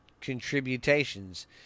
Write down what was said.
contributions